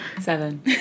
Seven